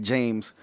James